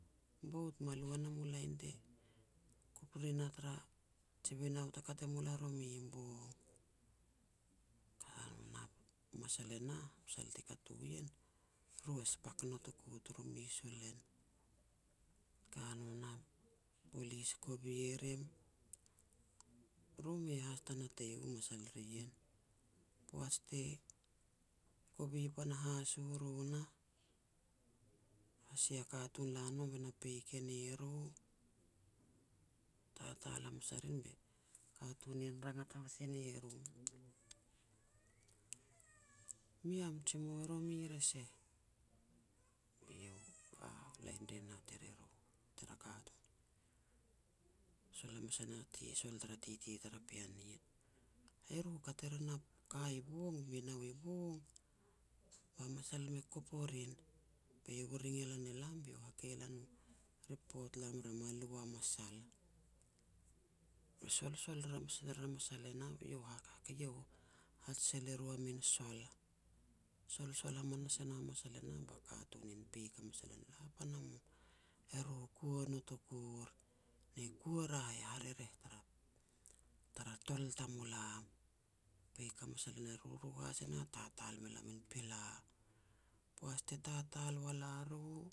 Bout me lu e nam u lain te kop rin a tara ji binau te kat e mul a romi bong. Ka no nah, masal e nah, masal ti kat u ien, ru e spak notoku turu mes u len. Ka no nah, polis kovi rim. Ru mei has ta natei u masal ri ien. Poaj te kovi panahas u ru nah, ba sia katun la no be na peik e ne ru, tatal hamas a rin be katun ien rangat hamas e ne ru. "Mi am jimou romi re seh?" Be iau a, lain ri ien hat er eru, tara katun. Sol hamas e na ti sol titi tara pean nien. "Eru e kat e rin a ka, binau i bong, ba masal me kop o rin be iau e ring e lan elam be iau hakei e no ripot, lam ra me lu a masal." Be solsol er hamas ner a masal e nah, be iau hakakei iau hat sel e ru a min sol. Solsol hamas e nah masal e nah ba katun nien peik hamas e lan, "la pana mum, eru kua notokur, ne kua ri heh harereh tara-tara tol tamulam". Peik hamas e lan eru, eru has e nah tatal mel a mi pila. Poaj ti tatal wal a ru